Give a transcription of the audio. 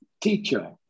Teacher